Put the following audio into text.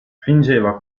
fingeva